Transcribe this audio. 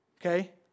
okay